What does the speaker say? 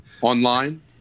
online